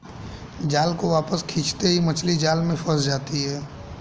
जाल को वापस खींचते ही मछली जाल में फंस जाती है